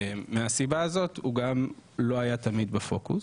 ומהסיבה הזאת הוא גם לא היה תמיד בפוקוס,